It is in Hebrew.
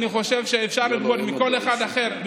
אני חושב שאפשר ללמוד מכל אחד אחר,